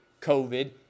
COVID